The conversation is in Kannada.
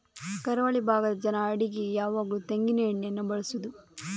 ಕರಾವಳಿ ಭಾಗದ ಜನ ಅಡಿಗೆಗೆ ಯಾವಾಗ್ಲೂ ತೆಂಗಿನ ಎಣ್ಣೆಯನ್ನೇ ಬಳಸುದು